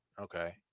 Okay